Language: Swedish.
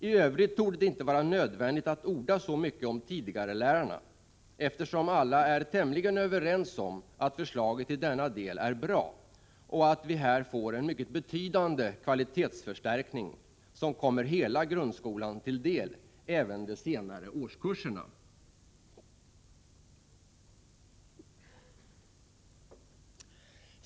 I övrigt torde det inte vara nödvändigt att orda så mycket om ”tidigarelärarna”, eftersom alla är tämligen överens om att förslaget i denna del är bra och att vi här får en mycket betydande kvalitetsförstärkning, som kommer hela grundskolan till del, även de senare årskurserna.